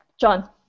John